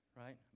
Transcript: right